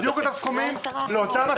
בדיוק אותם סכומים, לאותן מטרות?